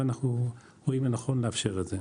ואנחנו רואים לנכון לאפשר את זה.